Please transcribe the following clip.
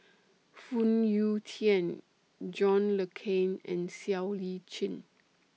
Phoon Yew Tien John Le Cain and Siow Lee Chin